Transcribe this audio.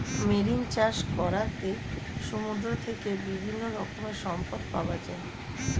marine চাষ করাতে সমুদ্র থেকে বিভিন্ন রকমের সম্পদ পাওয়া যায়